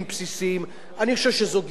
אני חושב שזאת גישה שגויה,